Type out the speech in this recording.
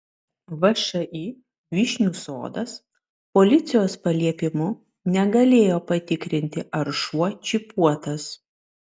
všį vyšnių sodas policijos paliepimu negalėjo patikrinti ar šuo čipuotas